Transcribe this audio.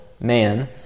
man